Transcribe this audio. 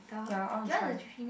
ya I want to try